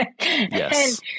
Yes